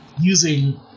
using